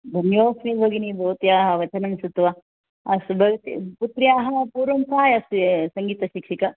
धन्योस्मि भगिनि भवत्याः वचनं श्रुत्वा अस्तु भवती पुत्र्याः पूर्वं साय अस्तु सङ्गीतशिक्षिका